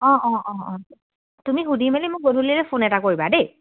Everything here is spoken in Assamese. অঁ অঁ অঁ অঁ তুমি সুধি মেলি মোক গধূলিলৈ ফোন এটা কৰিবা দেই